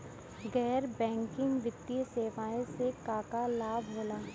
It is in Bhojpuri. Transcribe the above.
गैर बैंकिंग वित्तीय सेवाएं से का का लाभ होला?